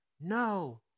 no